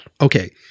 okay